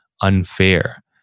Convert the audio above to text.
unfair